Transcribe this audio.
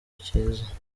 kiza